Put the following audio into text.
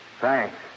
Thanks